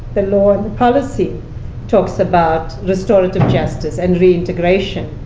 the law or the policy talks about restorative justice and reintegration,